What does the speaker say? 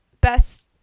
best